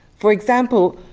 for example,